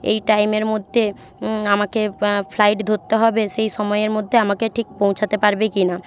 এই টাইমের মধ্যে আমাকে ফ্লাইট ধরতে হবে সেই সময়ের মধ্যে আমাকে ঠিক পৌঁছাতে পারবে কিনা